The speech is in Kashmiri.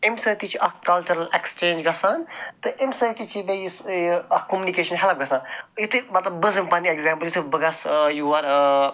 أمہِ سۭتۍ تہِ چھُ اَکھ کَلچَرَل ایٚکٕسچینٛج گژھان تہٕ اَمہِ سۭتۍ تہِ چھِ بیٚیہِ یُس یہِ اَکھ کوٚمنِکیشَن ہیٚلٕپ گژھان یُتھٕے مطلب بہٕ زن دِم پَنٕنۍ ایٚگزامپٕل یُتھٕے بہٕ گژھہٕ ٲں یور ٲں